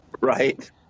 right